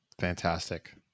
Fantastic